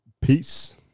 Peace